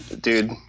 Dude